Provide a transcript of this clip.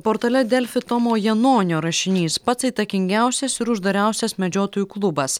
portale delfi tomo janonio rašinys pats įtakingiausias ir uždariausias medžiotojų klubas